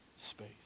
space